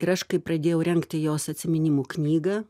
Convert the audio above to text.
ir aš kai pradėjau rengti jos atsiminimų knygą